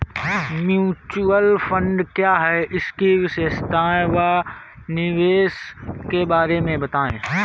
Mutual fund क्या है इसकी विशेषता व निवेश के बारे में बताइये?